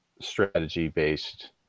strategy-based